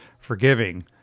forgiving